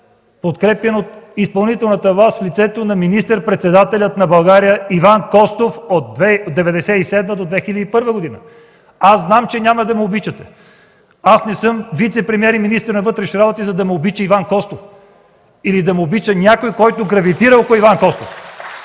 подкрепян от изпълнителната власт в лицето на министър-председателя на България Иван Костов от 1997 до 2001 г.! Знам, че няма да ме обичате! Аз не съм вицепремиер и министър на вътрешните работи, за да ме обича Иван Костов или да ме обича някой, който гравитира около Иван Костов!